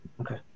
Okay